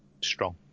strong